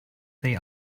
they